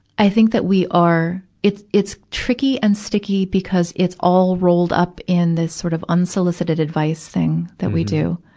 i think that we are it, it's tricky and sticky because it's all rolled up in the sort of unsolicited advice thing that we do.